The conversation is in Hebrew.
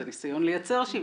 זה ניסיון לייצר שוויון,